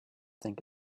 think